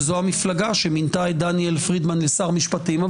שזו המפלגה שמינתה את דניאל פרידמן לשר משפטים.